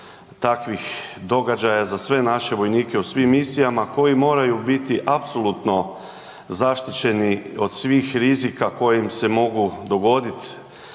takvih događaja za sve naše vojnike u svim misijama koji moraju biti apsolutno zaštićeni od svih rizika koji im se mogu dogoditi,